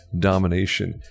domination